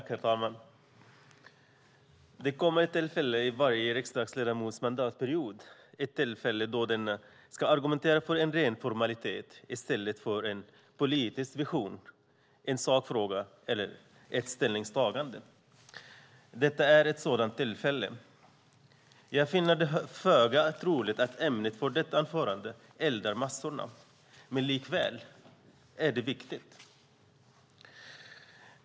Herr talman! Det kommer ett tillfälle i varje riksdagsledamots mandatperiod då denne ska argumentera för en ren formalitet i stället för en politisk vision, en sakfråga eller ett ställningstagande. Detta är ett sådant tillfälle. Jag finner det föga troligt att ämnet för detta anförande eldar massorna, men likväl är det viktigt.